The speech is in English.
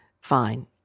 fine